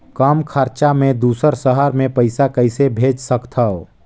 कम खरचा मे दुसर शहर मे पईसा कइसे भेज सकथव?